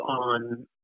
on